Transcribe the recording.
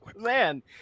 Man